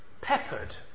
peppered